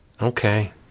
Okay